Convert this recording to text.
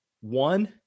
One